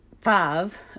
five